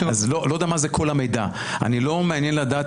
אז לא יודע מה זה כל המידע לא מעניין אותי לדעת